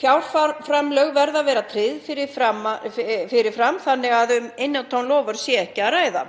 Fjárframlög verða að vera tryggð fyrir fram þannig að um innantóm loforð sé ekki að ræða.